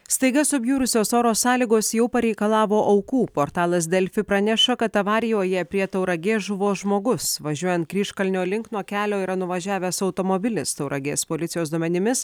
staiga subjurusios oro sąlygos jau pareikalavo aukų portalas delfi praneša kad avarijoje prie tauragės žuvo žmogus važiuojant kryžkalnio link nuo kelio yra nuvažiavęs automobilis tauragės policijos duomenimis